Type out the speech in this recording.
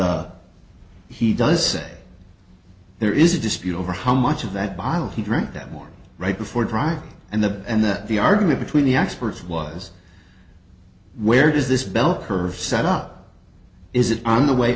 but he does say there is a dispute over how much of that bottle he drank that morning right before dr and the and that the argument between the experts was where does this bell curve set up is it on the way